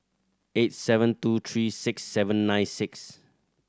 eight seven two three six seven nine six